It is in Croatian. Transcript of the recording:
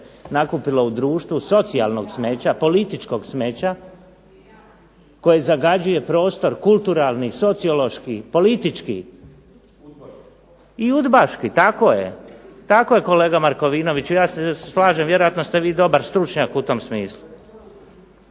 nakupilo u društvu, socijalnog smeća, političkog smeća koje zagađuje prostor kulturalni, sociološki, politički … /Upadica se ne razumije./… I udbaški, tako je, tako je kolega Markovinoviću, ja se slažem. Vjerojatno ste vi dobar stručnjak u tom smislu.